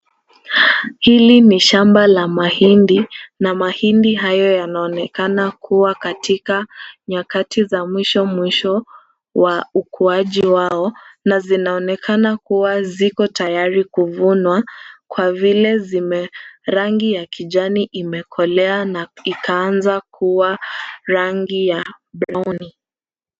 Hili ni shamba la mahindi na mahindi hayo yanaonekana kuwa katika nyakati za mwisho mwisho wa ukuaji wao na zinaonekana kuwa ziko tayari kuvunwa kwa vile rangi ya kijani imekolea na ikaanza kuwa rangi ya brown .